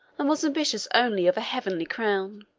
and was ambitious only of a heavenly crown.